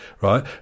right